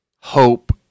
hope